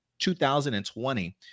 2020